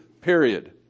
Period